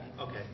Okay